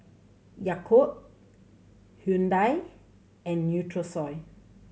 Yakult Hyundai and Nutrisoy